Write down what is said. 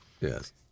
Yes